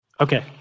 okay